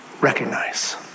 recognize